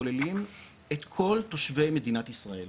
כוללים את כל תושבי מדינת ישראל,